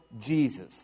Jesus